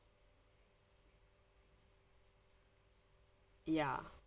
ya